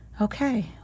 Okay